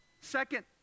Second